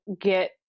get